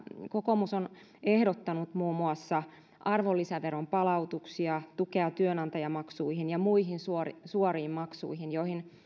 kokoomus on ehdottanut muun muassa arvonlisäveron palautuksia sekä tukea työnantajamaksuihin ja muihin suoriin suoriin maksuihin joihin